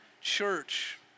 church